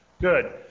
Good